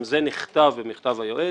גם זה נכתב במכתב היועץ.